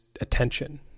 attention